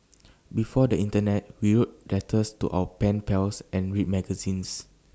before the Internet we wrote letters to our pen pals and read magazines